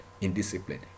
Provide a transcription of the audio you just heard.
Indiscipline